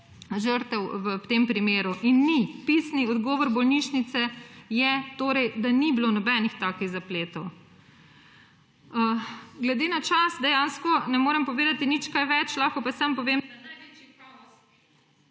žrtev v tem primeru. In ni. Pisni odgovor bolnišnice je torej, da ni bilo nobenih takih zapletov. Glede na čas, dejansko ne morem povedati nič kaj več, lahko pa samo povem …/ izklop